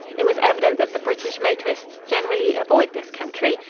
it was evident that the british motorists generally avoid this country,